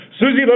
Susie